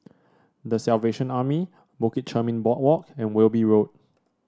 The Salvation Army Bukit Chermin Boardwalk and Wilby Road